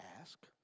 ask